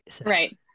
Right